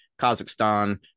Kazakhstan